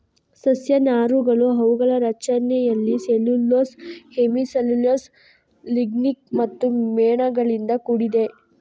ಸಸ್ಯ ನಾರುಗಳು ಅವುಗಳ ರಚನೆಯಲ್ಲಿ ಸೆಲ್ಯುಲೋಸ್, ಹೆಮಿ ಸೆಲ್ಯುಲೋಸ್, ಲಿಗ್ನಿನ್ ಮತ್ತು ಮೇಣಗಳಿಂದ ಕೂಡಿದೆ